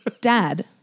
dad